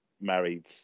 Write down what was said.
married